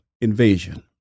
invasion